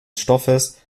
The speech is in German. stoffes